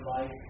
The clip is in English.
life